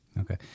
Okay